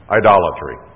idolatry